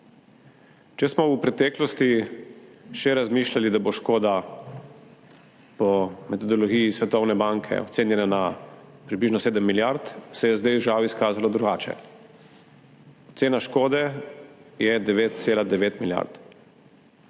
Če smo v preteklosti še razmišljali, da bo škoda po metodologiji Svetovne banke ocenjena na približno 7 milijard, se je zdaj žal izkazalo drugače. Ocena škode je 9,9 milijarde,